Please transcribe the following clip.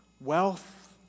wealth